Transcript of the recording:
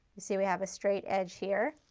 see we have a straight edge here,